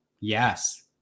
Yes